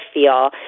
feel